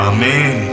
Amen